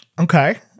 Okay